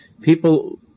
people